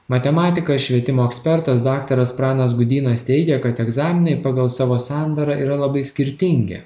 matematikas švietimo ekspertas daktaras pranas gudynas teigia kad egzaminai pagal savo sandarą yra labai skirtingi